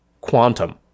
quantum